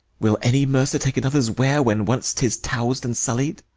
will any mercer take another's ware when once tis tows'd and sullied?